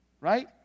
right